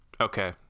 Okay